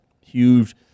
huge